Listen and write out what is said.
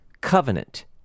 covenant